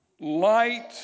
light